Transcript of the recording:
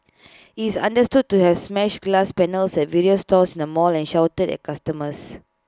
he is understood to has smashed glass panels at various stores in the mall and shouted at customers